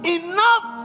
enough